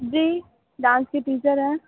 जी dance की teacher हैं